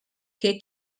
que